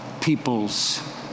peoples